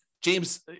James